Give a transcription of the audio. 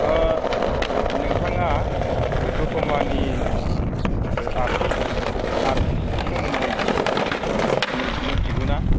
नोंथाङा दतमानि आर्थिस्टनि सोमोन्दै मिथिगौ ना